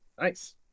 Nice